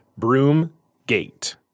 Broomgate